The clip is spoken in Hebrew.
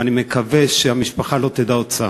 ואני מקווה שהמשפחה לא תדע עוד צער.